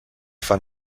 fan